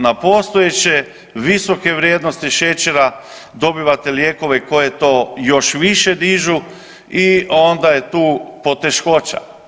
Na postojeće visoke vrijednosti šećera dobivate lijekove koji to još više dižu i onda je tu poteškoća.